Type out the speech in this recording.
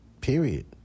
period